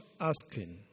asking